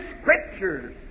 scriptures